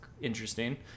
interesting